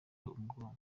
umugongo